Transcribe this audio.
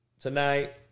tonight